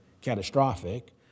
catastrophic